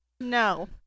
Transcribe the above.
No